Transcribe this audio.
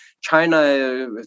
China